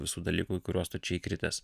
visų dalykų kuriuos tu čia įkritęs